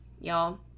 Y'all